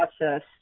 process